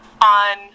on